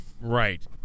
Right